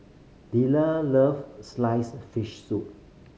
Delia love sliced fish soup